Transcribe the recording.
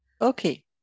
Okay